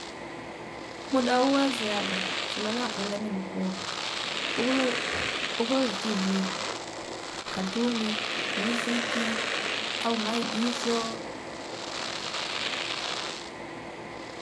Muda uwa ziada chino na kwenda nimkuunda ungunol ugol tivi katuni miziki au maigizo